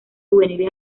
juveniles